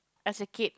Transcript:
as a kid